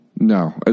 No